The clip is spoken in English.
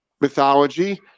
Mythology